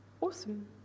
Awesome